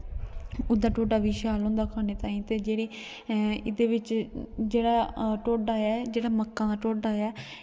ओह्दा ढोड्डा बी शैल होंदा खानै ताहीं ते जेह्ड़ी एह्दे बिच ढोड्डा ऐ मक्कें दा ढोड्डा ऐ